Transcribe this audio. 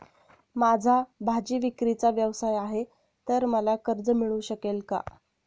माझा भाजीविक्रीचा व्यवसाय आहे तर मला कर्ज मिळू शकेल का?